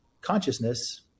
consciousness